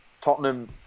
Tottenham